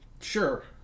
Sure